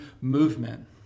movement